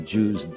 Jews